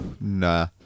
Nah